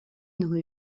une